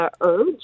urge